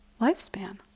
lifespan